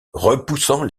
repoussant